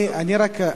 כבוד השר,